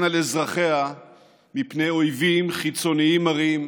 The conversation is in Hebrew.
על אזרחיה מפני אויבים חיצוניים מרים,